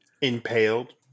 Impaled